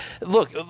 look